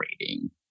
rating